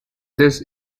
this